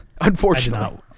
unfortunately